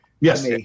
yes